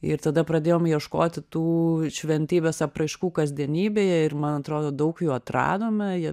ir tada pradėjom ieškoti tų šventybės apraiškų kasdienybėje ir man atrodo daug jų atradome jie jos